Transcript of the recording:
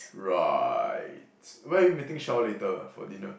right where are you meeting Shao later for dinner